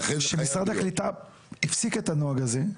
משרד הקליטה, ובמשרד הקליטה קיבל סל קליטה,